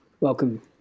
Welcome